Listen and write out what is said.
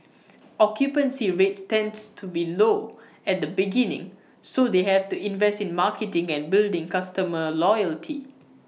occupancy rates tends to be low at the beginning so they have to invest in marketing and building customer loyalty